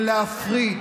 רק לשסע ולהפריד